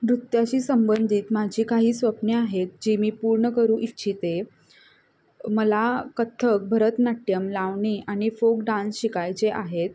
नृत्याशी संबंधित माझी काही स्वप्ने आहेत जी मी पूर्ण करू इच्छिते मला कथ्थक भरतनाट्यम लावणी आणि फोक डान्स शिकायचे आहेत